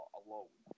alone